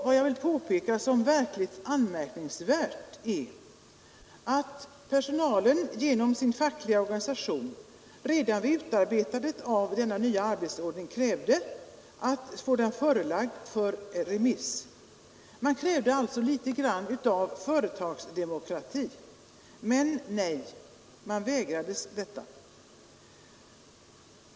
Vad jag vill påpeka som verkligt anmärkningsvärt är att personalen genom sin fackliga organisation redan vid utarbetandet av denna nya arbetsordning krävde att få förslaget på remiss. Man krävde alltså litet grand av företagsdemokrati. Men nej, man vägrades detta.